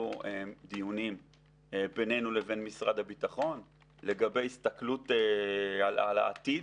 התקיימו דיונים בינינו לבין משרד הביטחון לגבי הסתכלות על העתיד.